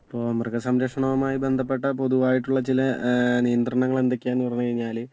ഇപ്പോൾ മൃഗ സംരക്ഷണവുമായി ബന്ധപ്പെട്ട പൊതുവായിട്ടുള്ള ചില നിയന്ത്രണങ്ങൾ എന്തൊക്കെയാണെന്ന് പറഞ്ഞു കഴിഞ്ഞാൽ